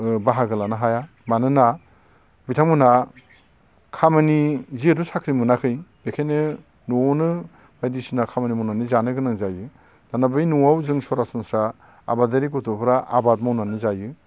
बाहागो लानो हाया मानोना बिथांमोना खामानि जिहेथु साख्रि मोनाखै बेखायनो न'आवनो बायदिसिना खामानि मावनानै जानो गोनां जायो दाना बै न'आव जों सरासनस्रा आबादारि गथ'फ्रा आबाद मावनानै जायो